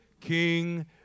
King